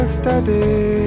steady